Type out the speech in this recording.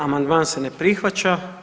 Amandman se ne prihvaća.